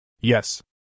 Yes